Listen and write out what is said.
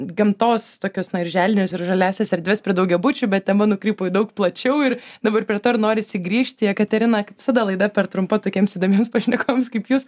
gamtos tokius na ir želdinius ir žaliąsias erdves prie daugiabučių bet tema nukrypo į daug plačiau ir dabar prie to ir norisi grįžti jekaterina kaip visada laida per trumpa tokiems įdomiems pašnekovams kaip jūs